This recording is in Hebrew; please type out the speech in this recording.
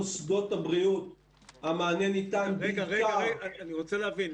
אני רוצה להבין.